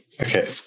okay